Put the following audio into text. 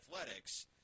athletics